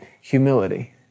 humility